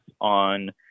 on